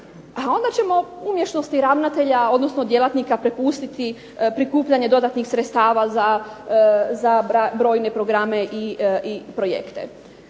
a onda ćemo umješnosti ravnatelja, odnosno djelatnika pripustiti prikupljanje dodatnih sredstava za brojne programe i projekte.